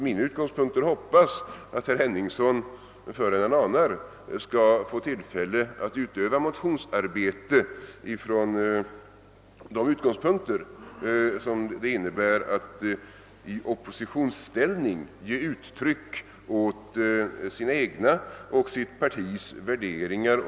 Jag hoppas att herr Henningsson förr än han anar får tillfälle att utöva motionsarbete från de utgångspunkter som det innebär att i oppositionsställning ge uttryck åt sina egna och sitt partis värderingar.